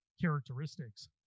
characteristics